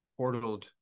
portaled